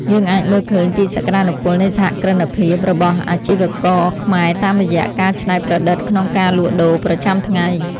យើងអាចមើលឃើញពីសក្ដានុពលនៃសហគ្រិនភាពរបស់អាជីវករខ្មែរតាមរយៈការច្នៃប្រឌិតក្នុងការលក់ដូរប្រចាំថ្ងៃ។